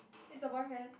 is your boyfriend